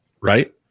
Right